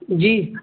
جی